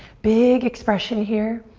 big expression here,